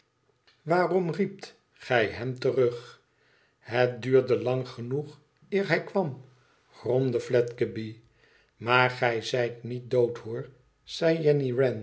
waarom riept gij hem terug het duurde lang genoeg eer hij kwam gromde fledgeby maar'zijt niet dood hoor zei